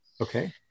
Okay